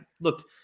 look